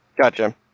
Gotcha